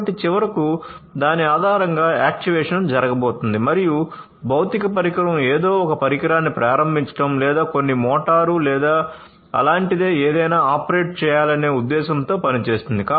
కాబట్టి చివరకు దాని ఆధారంగా యాక్చుయేషన్ జరగబోతోంది మరియు భౌతిక పరికరం ఏదో ఒక పరికరాన్ని ప్రారంభించడం లేదా కొన్ని మోటారు లేదా అలాంటిదే ఏదైనా ఆపరేట్ చేయాలనే ఉద్దేశ్యంతో పనిచేస్తుంది